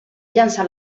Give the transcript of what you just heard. llençar